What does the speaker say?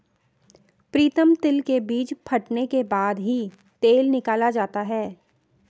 प्रीतम तिल के बीज फटने के बाद ही तेल निकाला जाता है